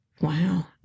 Wow